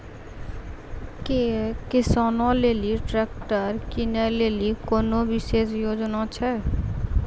कि किसानो लेली ट्रैक्टर किनै लेली कोनो विशेष योजना छै?